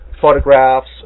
photographs